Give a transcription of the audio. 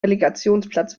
relegationsplatz